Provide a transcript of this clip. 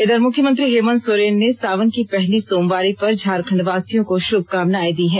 इधर मुख्यमंत्री हेमन्त सोरेन ने सावन की पहली सोमवारी पर झारखंड वासियों को षुभकामनाएं दी है